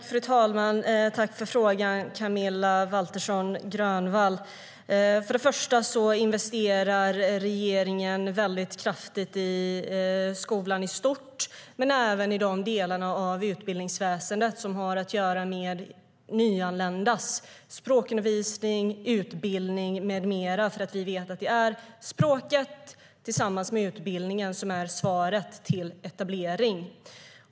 Fru talman! Tack för frågan, Camilla Waltersson Grönvall! Först och främst investerar regeringen kraftigt i skolan i stort men även i de delar av utbildningsväsendet som har att göra med nyanländas språkundervisning, utbildning med mera, eftersom vi vet att det är språket tillsammans med utbildningen som är svaret beträffande etablering.